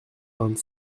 vingt